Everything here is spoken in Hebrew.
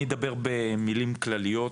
אני אדבר במילים כלליות,